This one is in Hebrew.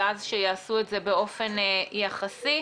ואז שיעשו את זה באופן יחסי,